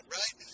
right